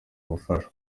ubufasha